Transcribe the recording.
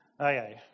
Okay